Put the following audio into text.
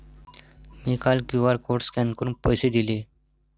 मी काल QR code scan करून पैसे दिले